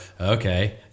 Okay